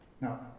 Now